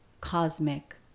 cosmic